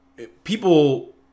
People